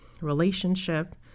relationship